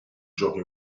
giochi